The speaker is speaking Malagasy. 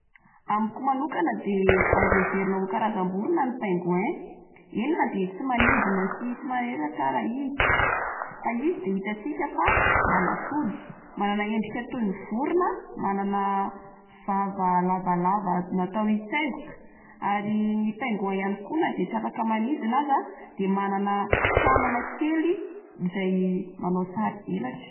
Raha amiko manokana de azo heverina ho karazam-borona ny pingouins, eny na de tsy manidina sy tsy manana elatra ara izy. Fa izy de itatsika fa manatody, mananana endrika toy ny vorona, manana vava lavalava natao hitsaingoka, ary ny pingouins ihany koa na de tsy afaka manidina aza de manana tanana kely izay manao sarina elatra.